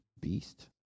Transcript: beast